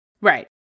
Right